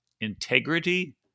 integrity